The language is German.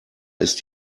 ist